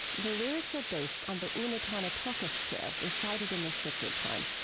the lyrics are based on the unetane ah tokef prayer recited in this sacred time.